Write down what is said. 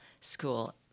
School